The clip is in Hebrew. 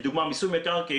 לדוגמה מיסוי מקרקעין,